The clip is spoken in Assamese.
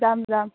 যাম যাম